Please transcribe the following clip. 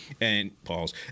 and—pause—